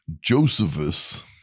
Josephus